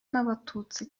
n’abatutsi